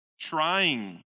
trying